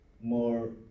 more